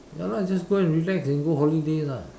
ya lah just go and relax and go holiday lah